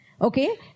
Okay